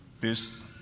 Peace